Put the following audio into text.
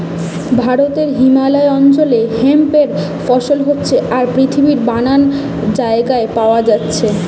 ভারতে হিমালয় অঞ্চলে হেম্প এর ফসল হচ্ছে আর পৃথিবীর নানান জাগায় পায়া যাচ্ছে